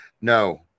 No